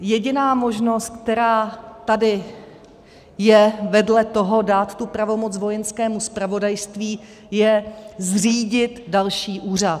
Jediná možnost, která tady je vedle toho dát tu pravomoc Vojenskému zpravodajství, je zřídit další úřad.